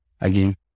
again